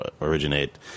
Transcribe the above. originate